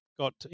got